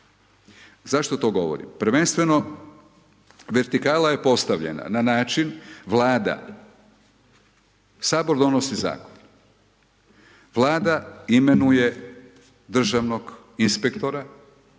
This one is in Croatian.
Zašto to govorim? Prvenstveno vertikala je postavljena na način Vlada, sabor donosi zakon, Vlada imenuje državnog inspektora